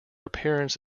appearance